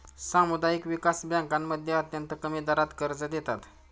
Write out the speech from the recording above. सामुदायिक विकास बँकांमध्ये अत्यंत कमी दरात कर्ज देतात